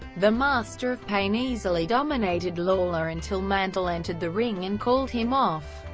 the master of pain easily dominated lawler until mantel entered the ring and called him off.